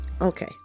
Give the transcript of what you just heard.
Okay